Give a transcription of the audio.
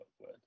word